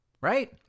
right